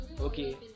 Okay